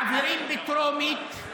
מעבירים בטרומית,